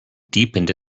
deepened